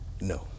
no